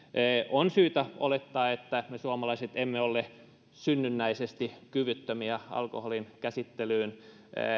on syytä olettaa että me suomalaiset emme ole synnynnäisesti kyvyttömiä alkoholin käsittelyyn